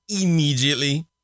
immediately